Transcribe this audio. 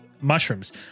mushrooms